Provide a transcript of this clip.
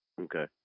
Okay